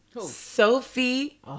Sophie